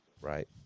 Right